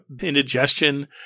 indigestion